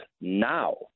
now